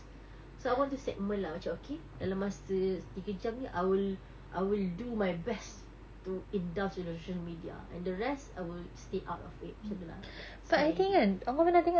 so I want to segment lah macam okay dalam masa tiga jam ni I will I will do my best to indulge in social media and the rest I would stay out of it macam tu lah that's the idea